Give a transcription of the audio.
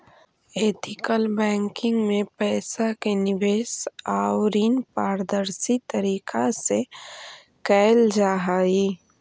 ethical banking में पइसा के निवेश आउ ऋण पारदर्शी तरीका से कैल जा हइ